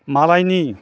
मालायनि